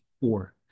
four